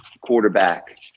quarterback